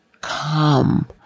come